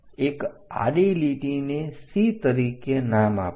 એક આડી લીટીને C તરીકે નામ આપો